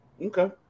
Okay